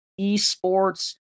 esports